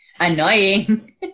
annoying